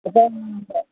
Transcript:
அக்கா